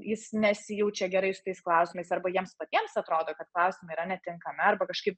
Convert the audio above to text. jis nesijaučia gerai su tais klausimais arba jiems patiems atrodo kad klausimai yra netinkami arba kažkaip